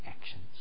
actions